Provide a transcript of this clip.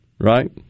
right